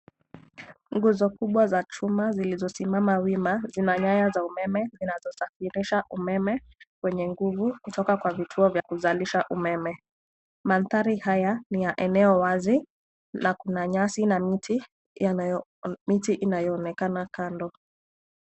Nguzo kubwa za chuma zilizosimama wima zina nyaya za umeme zinazosafirisha umeme wenye nguvu kutoka kwa vituo za kuzalisha umeme. Mandhari haya ni ya eneo wazi na kuna nyasi na miti inayoonekana kando.